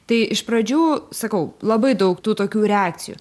tai iš pradžių sakau labai daug tų tokių reakcijų